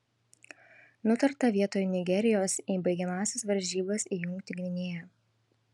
nutarta vietoj nigerijos į baigiamąsias varžybas įjungti gvinėją